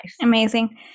Amazing